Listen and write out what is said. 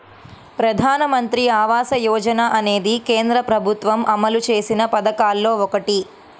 ప్రధానమంత్రి ఆవాస యోజన అనేది కేంద్ర ప్రభుత్వం అమలు చేసిన పథకాల్లో ఒకటి